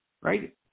Right